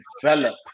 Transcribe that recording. develop